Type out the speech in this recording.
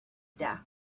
death